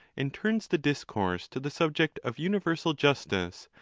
and turns the discourse to the subject of universal justice,